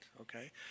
okay